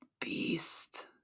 beast